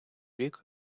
рік